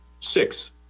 Six